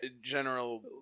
General